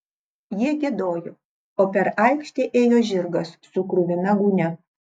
jie giedojo o per aikštę ėjo žirgas su kruvina gūnia